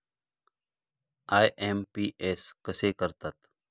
IMPS कसे करतात?